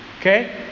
Okay